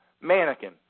mannequin